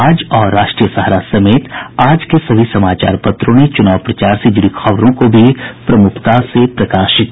आज और राष्ट्रीय सहारा समेत आज के सभी समाचार पत्रों ने चुनाव प्रचार से जुड़ी खबरों को भी प्रमुखता से प्रकाशित किया है